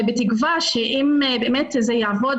בתקווה שאם באמת זה יעבוד